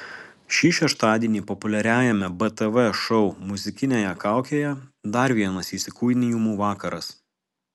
šį šeštadienį populiariajame btv šou muzikinėje kaukėje dar vienas įsikūnijimų vakaras